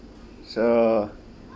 so